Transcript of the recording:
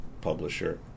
publisher